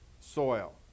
soil